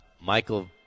Michael